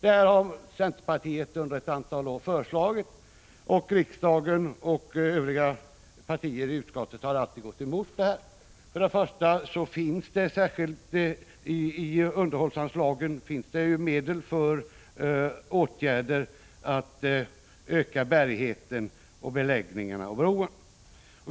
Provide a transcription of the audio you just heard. Detta har centerpartiet under ett antal år föreslagit, men riksdagen och övriga partier i utskottet har alltid gått emot det. I underhållsanslagen finns det ju medel för åtgärder för att förbättra bärighet, vägbeläggningar och broar.